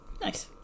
Nice